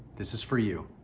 this is for you.